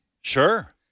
Sure